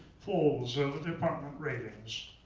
falls over the apartment railings.